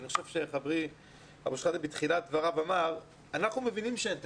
ואני חושב שחברי אבו שחאדה בתחילת דבריו אמר: אנחנו מבינים שאין תקציב,